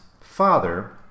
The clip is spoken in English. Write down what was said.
father